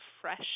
fresh